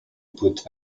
put